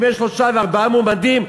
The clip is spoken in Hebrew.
אם יש שלושה וארבעה מועמדים,